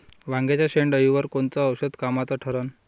वांग्याच्या शेंडेअळीवर कोनचं औषध कामाचं ठरन?